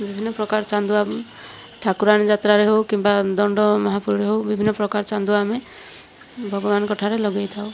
ବିଭିନ୍ନ ପ୍ରକାର ଚାନ୍ଦୁଆ ଠାକୁରାଣୀ ଯାତ୍ରାରେ ହେଉ କିମ୍ବା ଦଣ୍ଡ ମହା ରେ ହେଉ ବିଭିନ୍ନ ପ୍ରକାର ଚାନ୍ଦୁଆ ଆମେ ଭଗବାନଙ୍କଠାରେ ଲଗାଇଥାଉ